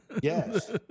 Yes